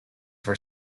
for